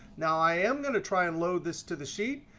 now, i am going to try and load this to the sheet.